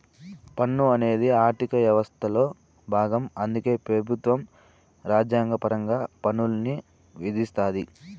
పన్ను అనేది ఆర్థిక యవస్థలో బాగం అందుకే పెబుత్వం రాజ్యాంగపరంగా పన్నుల్ని విధిస్తాది